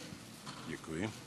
תרגומם